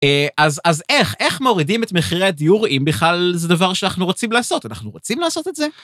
אז אז איך איך מורידים את מחירי הדיור אם בכלל זה דבר שאנחנו רוצים לעשות אנחנו רוצים לעשות את זה?